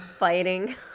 fighting